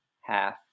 half